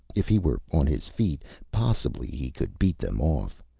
if he were on his feet, possibly he could beat them off.